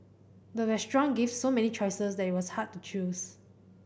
the restaurant gave so many choices that it was hard to choose